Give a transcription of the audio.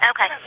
Okay